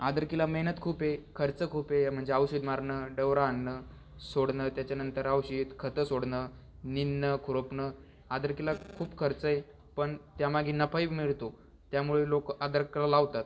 अदर्कीला मेहनत खूप आहे खर्च खूप आहे म्हणजे औषध मारणं डवरा आणणं सोडणं त्याच्यानंतर औषध खतं सोडणं निंदणं खुरपणं अदर्कीला खूप खर्च आहे पण त्यामागे नफाही मिळतो त्यामुळे लोक अद्रक लावतात